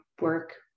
work